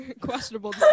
Questionable